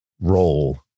role